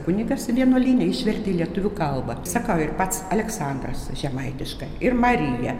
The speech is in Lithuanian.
kunigas vienuolyne išvertė į lietuvių kalbą sakau ir pats aleksandras žemaitiškai ir marija